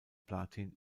platin